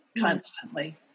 constantly